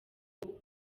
uyu